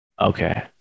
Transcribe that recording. Okay